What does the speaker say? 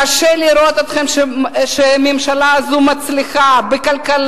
קשה לכם לראות שהממשלה הזאת מצליחה בכלכלה,